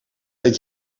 eet